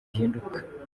bihinduka